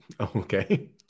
Okay